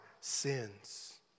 sins